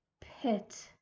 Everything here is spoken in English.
pit